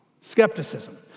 Skepticism